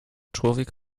człowiek